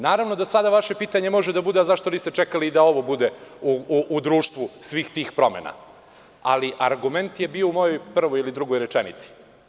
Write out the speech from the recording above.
Naravno da sada vaše pitanje može da bude, zašto niste čekali da i ovo bude u društvu svih tih promena, ali argument je bio u mojoj prvoj ili drugoj rečenici.